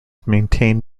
maintained